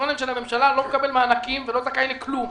הקריטריונים של הממשלה אני לא מקבל מענקים ולא זכאי לכלום.